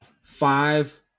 five